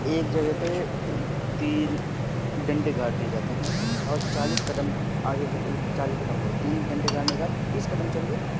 ایک جگہ پہ تین ڈنڈے گاڑ دیے جاتے ہیں اور چالیس قدم آگے چالیس قدم تین ڈنڈے گاڑنے کے بعد بیس قدم چل کے